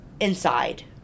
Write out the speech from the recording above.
inside